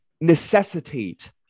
necessitate